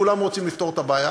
כולם רוצים לפתור את הבעיה,